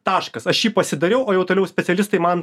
taškas aš jį pasidariau o jau toliau specialistai man